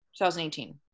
2018